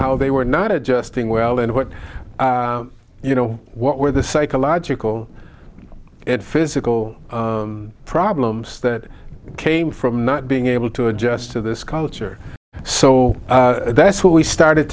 how they were not adjusting well and what you know what were the psychological and physical problems that came from not being able to adjust to this culture so that's what we started